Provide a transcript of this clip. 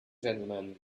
gentlemen